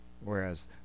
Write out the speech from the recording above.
whereas